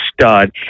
stud